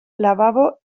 lavabo